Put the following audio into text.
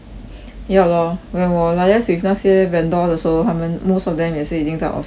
ya lor when 我 liaise with 那些 vendor 的时候他们 most of them 也是已经在 office liao